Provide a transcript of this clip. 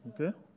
Okay